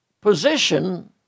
position